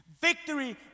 Victory